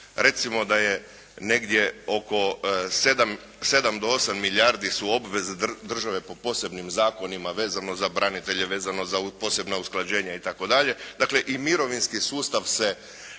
recimo da je negdje oko 7 do 8 milijardi su obveze države po posebnim zakonima vezano za branitelje, vezano za posebna usklađenja itd. dakle i mirovinski sustav se